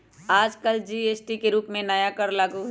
आजकल जी.एस.टी के रूप में नया कर लागू हई